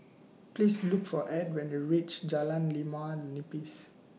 Please Look For Edd when YOU REACH Jalan Limau Nipis